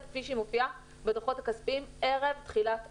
כפי שהיא מופיעה בדוחות הכספיים ערב תחילת החוק.